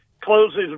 closes